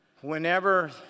Whenever